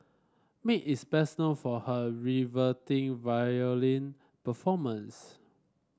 Mae is best known for her riveting violin performance